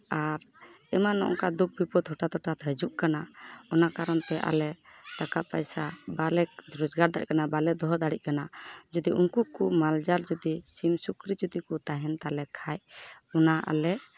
ᱟᱨ ᱮᱢᱟᱱ ᱱᱚᱝᱠᱟ ᱫᱩᱠ ᱵᱤᱯᱚᱫ ᱦᱚᱴᱟᱛ ᱦᱚᱴᱟᱛ ᱦᱤᱡᱩᱜ ᱠᱟᱱᱟ ᱚᱱᱟ ᱠᱟᱨᱚᱱ ᱛᱮ ᱟᱞᱮ ᱴᱟᱠᱟ ᱯᱟᱭᱥᱟ ᱵᱟᱝᱞᱮ ᱨᱚᱡᱽᱜᱟᱨ ᱫᱟᱲᱮᱜ ᱠᱟᱱᱟ ᱵᱟᱝᱞᱮ ᱫᱚᱦᱚ ᱫᱟᱲᱮᱜ ᱠᱟᱱᱟ ᱡᱩᱫᱤ ᱩᱱᱠᱩ ᱠᱚ ᱢᱟᱞᱼᱡᱟᱞ ᱡᱩᱫᱤ ᱥᱤᱢ ᱥᱩᱠᱨᱤ ᱡᱩᱫᱤ ᱠᱚ ᱛᱟᱦᱮᱱ ᱛᱟᱞᱮ ᱠᱷᱟᱡ ᱚᱱᱟ ᱟᱞᱮ